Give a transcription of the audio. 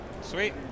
Sweet